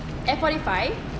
F forty five